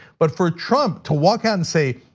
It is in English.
but for trump to walk out and say,